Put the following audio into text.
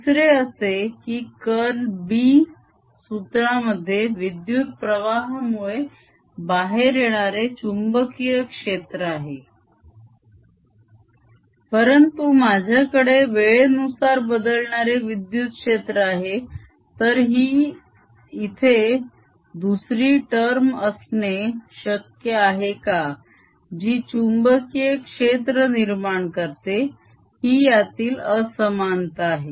दुसरे असे की कर्ल B सूत्रामध्ये विद्युत प्रवाहामुळे बाहेर येणारे चुंबकीय क्षेत्र आहे परंतु माझ्याकडे वेळेनुसार बदलणारे विद्युत क्षेत्र आहे तर इथे दुसरी टर्म असणे शक्य आहे का जी चुंबकीय क्षेत्र निर्माण करते ही यातील असमानता आहे